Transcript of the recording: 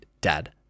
dad